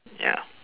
ya